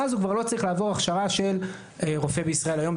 ואז הוא כבר לא צריך לעבור הכשרה של רופא בישראל היום,